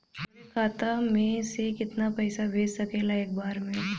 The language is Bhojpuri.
हमरे खाता में से कितना पईसा भेज सकेला एक बार में?